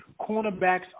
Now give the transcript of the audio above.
cornerbacks